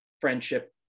friendship